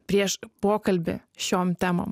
prieš pokalbį šiom temom